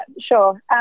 sure